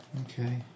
Okay